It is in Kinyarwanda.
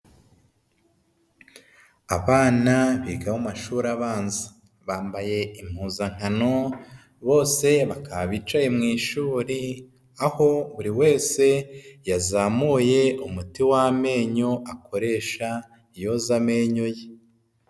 Abana biga mu mashuri abanza bambaye impuzankano bose bakaba bicaye mu ishuri aho buri wese yazamuye umuti w'amenyo akoresha yoza amenyo ye.